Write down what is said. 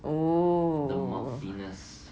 oh